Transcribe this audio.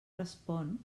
respon